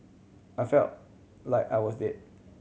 I felt like I was dead